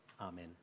Amen